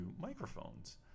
microphones